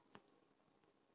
टीडा का होव हैं?